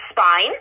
spine